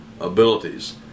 abilities